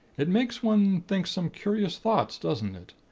it makes one think some curious thoughts, doesn't it?